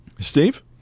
Steve